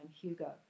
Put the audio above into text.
Hugo